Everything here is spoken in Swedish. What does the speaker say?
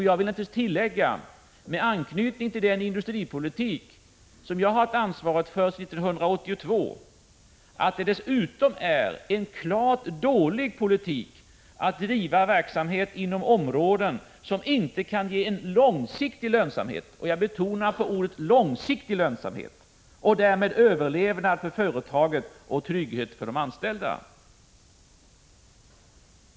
Jag vill tillägga, med anknytning till den industripolitik som jag haft ansvaret för sedan 1982, att det otvivelaktigt är en dålig politik att driva verksamhet inom områden som inte kan ge långsiktig lönsamhet och därmed överlevnad för företaget och trygghet för de anställda.